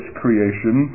creation